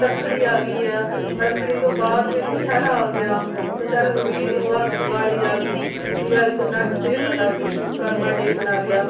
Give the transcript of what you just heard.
ਰੱਖੜੀ ਆ ਗਈ ਆ ਰੱਖੜੀ ਤੋਂ ਬਾਅਦ ਫਿਰ ਦੁਸ਼ਹਿਰਾ ਆ ਗਿਆ ਦੁਸ਼ਹਿਰੇ ਤੋਂ ਵੀਹ ਦਿਨ ਬਾਅਦ ਦਿਵਾਲੀ ਆ ਗਈ ਦੀਵਾਲੀ ਤੋਂ ਨੈਕਸਟ ਡੇ ਇਹ ਸਾਡਾ ਵਿਸ਼ਵਕਰਮਾ ਡੇ ਮਨਾ ਲਿਆ